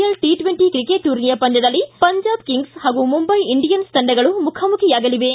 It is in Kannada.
ಎಲ್ ಟ ಟ್ವೆಂಟ ಕ್ರಿಕೆಟ್ ಟೂರ್ನಿಯ ಪಂದ್ದದಲ್ಲಿ ಪಂಜಾಬ್ ಕಿಂಗ್ಸ್ ಹಾಗೂ ಮುಂಬೈ ಇಂಡಿಯನ್ಸ್ ತಂಡಗಳು ಮುಖಾಮುಖಿಯಾಗಲಿವೆ